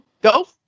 go